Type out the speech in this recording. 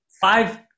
five